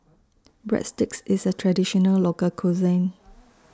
Breadsticks IS A Traditional Local Cuisine